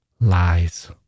Lies